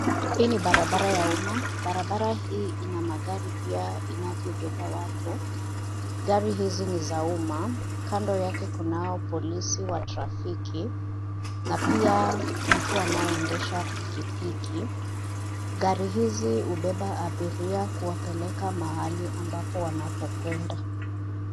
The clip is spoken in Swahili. Hii ni barabara ya umma, barabara hii ina magari pia inavyobeba watu. Gari hizi ni za umma, kando yake kunao polisi wa trafiki na pia mtu anayeendesha pikipiki. Gari hizi hubeba abiria kuwapeleka mahali ambapo wanapokwenda.